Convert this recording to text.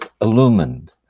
illumined